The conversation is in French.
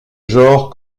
genre